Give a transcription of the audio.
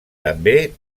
també